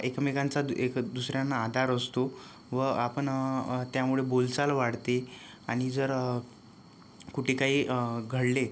एकमेकांचा एक दुसऱ्यांना आधार असतो व आपण त्यामुळे बोलचाल वाढते आणि जर कुठे काही घडले